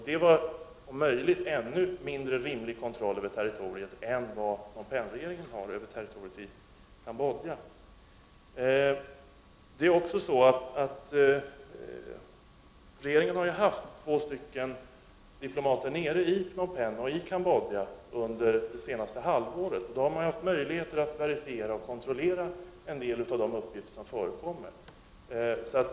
Det var då fråga om en mindre rimlig kontroll av territoriet än vad den nuvarande Phnom Penh-regeringen har över territoriet i Cambodja. Regeringen har under det senaste halvåret haft två diplomater i Cambodja och i Phnom Penh. Man har då haft möjligheter att verifiera och kontrollera en del av de uppgifter som förekommer.